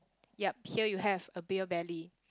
ya here you have a beer belly